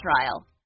trial